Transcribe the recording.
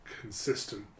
consistent